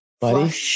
Buddy